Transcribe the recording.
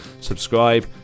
Subscribe